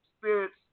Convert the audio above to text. spirits